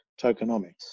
tokenomics